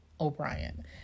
O'Brien